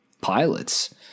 pilots